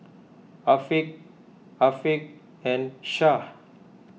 Afiq Afiq and Shah